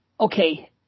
Okay